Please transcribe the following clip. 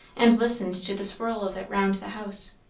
and listened to the swirl of it round the house.